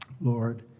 Lord